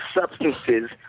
substances